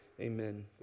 amen